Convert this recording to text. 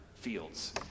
fields